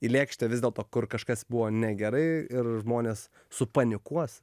į lėkštę vis dėlto kur kažkas buvo negerai ir žmonės supanikuos